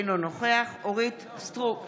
אינו נוכח אורית מלכה סטרוק,